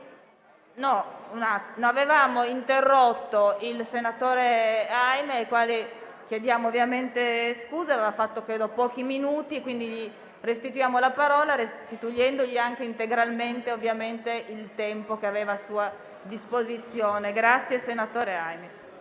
o no. Avevamo interrotto il senatore Aimi, al quale chiediamo ovviamente scusa. Aveva parlato per pochi minuti; gli restituiamo la parola, restituendogli anche integralmente il tempo che aveva a disposizione. Prego, senatore Aimi.